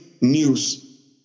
news